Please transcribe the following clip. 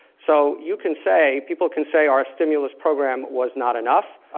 so you can say, people can say our stimulus program was not enough,